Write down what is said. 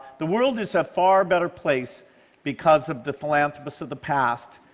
the world is a far better place because of the philanthropists of the past,